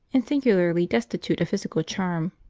and singularly destitute of physical charm.